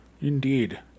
Indeed